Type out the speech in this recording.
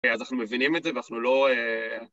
אז אנחנו מבינים את זה ואנחנו לא...